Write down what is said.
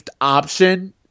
option